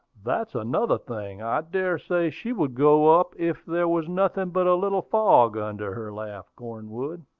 that's another thing i dare say she would go up if there was nothing but a little fog under her, laughed cornwood.